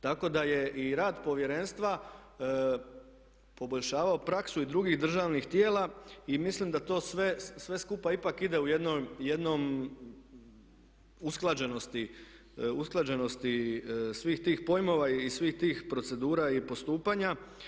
Tako da je i rad povjerenstva poboljšavao praksu i drugih državnih tijela i mislim da to sve skupa ipak ide jednoj usklađenosti svih tih pojmova i svih tih procedura i postupanja.